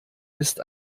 ist